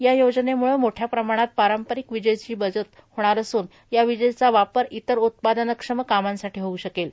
या योजनेम्ळं मोठ्या प्रमाणात पारंपारिक विजेची बचत होणार असून या विजेचा वापर इतर उत्पादनक्षम कामांसाठी होऊ शकेल